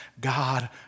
God